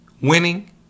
winning